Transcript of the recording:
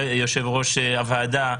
יושב-ראש הוועדה,